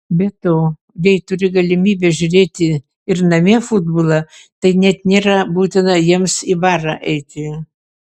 be to jei turi galimybę žiūrėti ir namie futbolą tai net nėra būtina jiems į barą eiti